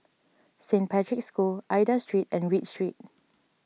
Saint Patrick's School Aida Street and Read Street